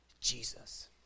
Jesus